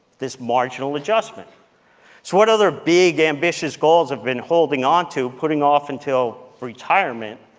this marginal adjustment. so what other big ambitious goals i've been holding onto, putting off until retirement,